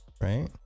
Right